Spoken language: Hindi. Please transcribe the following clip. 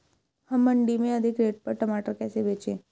हम मंडी में अधिक रेट पर टमाटर कैसे बेचें?